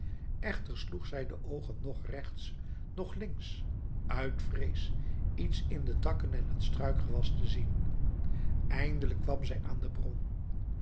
echter sloeg zij de oogen noch rechts noch links uit vrees iets in de takken en het struikgewas te zien eindelijk kwam zij aan de bron